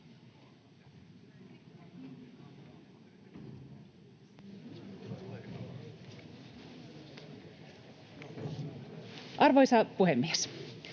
Arvoisa puhemies!